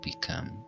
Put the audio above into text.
become